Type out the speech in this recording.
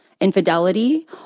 infidelity